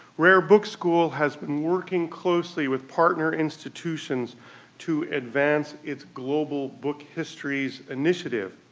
rare book school has been working closely with partner institutions to advance its global book histories initiative,